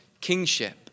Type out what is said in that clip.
kingship